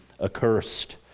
accursed